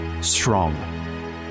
Strong